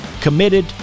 committed